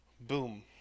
Boom